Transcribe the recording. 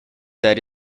that